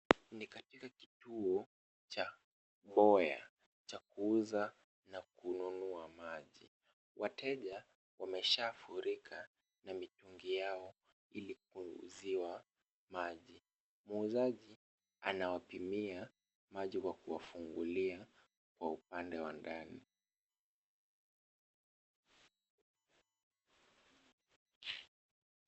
Ni katika kituo cha Boya cha kuuza na kununua maji. Wateja wameshafurika na mitungi ya ili kuuziwa maji. Muuzaji anawapimia maji kwa kuwafungulia kwa upande wa ndani.